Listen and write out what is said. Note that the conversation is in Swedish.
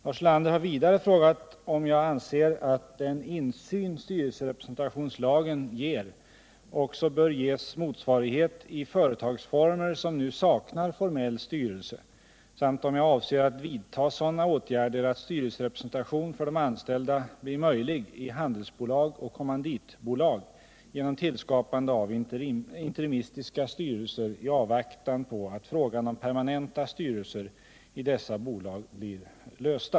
Lars Ulander har vidare frågat om jag anser att den insyn styrelserepresentationslagen ger också bör ges motsvarighet i företagsformer som nu saknar formell styrelse samt om jag avser att vidta sådana åtgärder att styrelserepresentation för de anställda blir möjlig i handelsbolag och kommanditbolag genom tillskapande av interimistiska styrelser i avvaktan på att frågan om permanenta styrelser i dessa bolag blir löst.